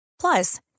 Plus